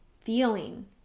feeling